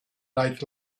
right